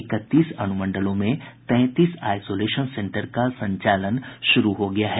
इकतीस अनुमंडलों में तैंतीस आईसोलेशन सेन्टर का संचालन शुरू हो गया है